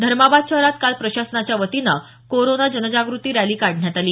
धर्माबाद शहरात काल प्रशासनाच्या वतीनं कोरोना जनजागृती रॅली काढण्यात आली